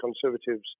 Conservatives